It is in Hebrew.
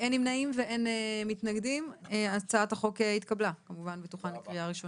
אחד הצעת החוק התקבלה הצעת החוק התקבלה כמובן ותוכן לקריאה ראשונה.